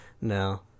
No